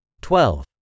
Twelve